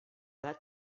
that